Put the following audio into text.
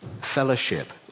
fellowship